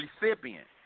recipient